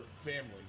family